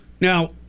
Now